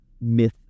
myth